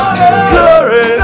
Glory